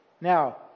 Now